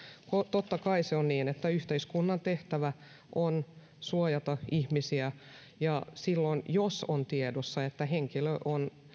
totta kai on niin että yhteiskunnan tehtävä on suojata ihmisiä ja silloin jos on tiedossa että henkilö on